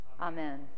Amen